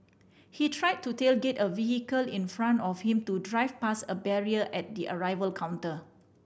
he tried to tailgate a vehicle in front of him to drive past a barrier at the arrival counter